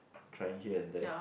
trying here and there